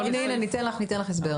בזמן הקורונה --- אוקיי, ניתן לך הסבר.